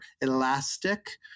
elastic